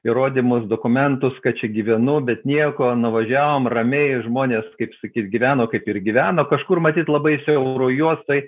įrodymus dokumentus kad čia gyvenu bet nieko nuvažiavom ramiai žmonės kaip sakyt gyveno kaip ir gyveno kažkur matyt labai siauroj juotoj